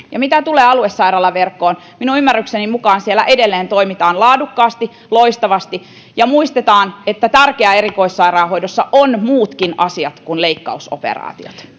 ja mitä tulee aluesairaalaverkkoon minun ymmärrykseni mukaan siellä edelleen toimitaan laadukkaasti loistavasti ja muistetaan että tärkeitä erikoissairaanhoidossa ovat muutkin asiat kuin leikkausoperaatiot